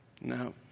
No